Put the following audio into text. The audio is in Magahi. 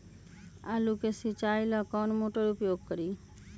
आलू के सिंचाई ला कौन मोटर उपयोग करी?